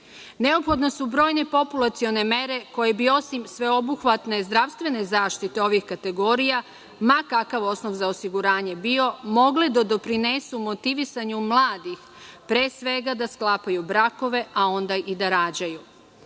Neophodne su brojne populacione mere koje bi osim sveobuhvatne zdravstvene zaštite ovih kategorija, ma kakav osnov za osiguranje bio, mogle da doprinesu motivisanju mladih, pre svega da sklapaju brakove a onda i da rađaju,